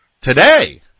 Today